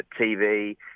TV